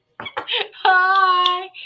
hi